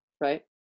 Right